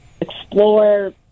explore